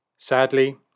Sadly